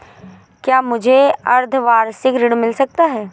क्या मुझे अर्धवार्षिक ऋण मिल सकता है?